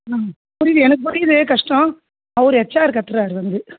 ஆ புரியுது எனக்கு புரியுது கஷ்டம் அவர் ஹெச்ஆர் கத்துறார் வந்து